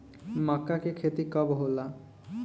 मक्का के खेती कब होला?